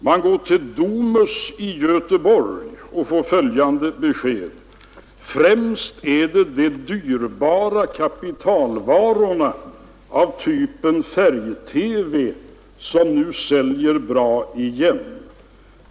Man går till Domus i Göteborg och får följande besked: ”Främst är det dyrbara kapitalvaror av typen färg-TV som säljer bra igen.